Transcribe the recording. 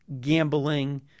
gambling